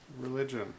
Religion